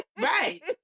right